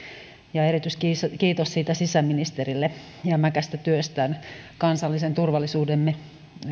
ja erityiskiitos siitä sisäministerille hänen jämäkästä työstään kansallisen turvallisuutemme